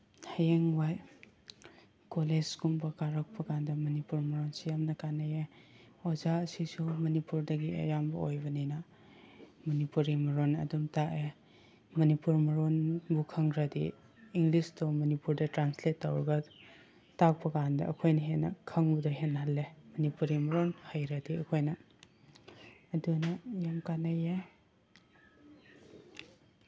ꯍꯌꯦꯡꯋꯥꯏ ꯀꯣꯂꯦꯖꯀꯨꯝꯕ ꯀꯥꯔꯛꯄꯀꯥꯟꯗ ꯃꯅꯤꯄꯨꯔ ꯃꯔꯣꯟꯁꯦ ꯌꯥꯝꯅ ꯀꯥꯅꯩꯌꯦ ꯑꯣꯖꯥꯁꯤꯁꯨ ꯃꯅꯤꯄꯨꯔꯗꯒꯤ ꯑꯌꯥꯝꯕ ꯑꯣꯏꯕꯅꯤꯅ ꯃꯅꯤꯄꯨꯔꯤ ꯃꯔꯣꯟ ꯑꯗꯨꯝ ꯇꯥꯛꯑꯦ ꯃꯅꯤꯄꯨꯔ ꯃꯔꯣꯟꯕꯨ ꯈꯪꯈ꯭ꯔꯗꯤ ꯏꯪꯂꯤꯁꯇ ꯃꯅꯤꯄꯨꯔꯗ ꯇ꯭ꯔꯥꯟꯁꯂꯦꯠ ꯇꯧꯔꯒ ꯇꯥꯛꯄꯀꯥꯟꯗ ꯑꯩꯈꯣꯏꯅ ꯍꯦꯟꯅ ꯈꯪꯕꯗꯣ ꯍꯦꯜꯍꯜꯂꯦ ꯃꯅꯤꯄꯨꯔꯤ ꯃꯔꯣꯟ ꯍꯩꯔꯗꯤ ꯑꯩꯈꯣꯏꯅ ꯑꯗꯨꯅ ꯌꯥꯝ ꯀꯥꯟꯅꯩꯌꯦ